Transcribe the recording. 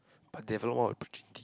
but they have a lot more opportunity